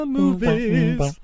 movies